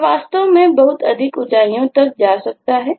यह वास्तव में बहुत अधिक ऊंचाइयों तक जा सकता है